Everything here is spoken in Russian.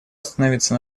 остановиться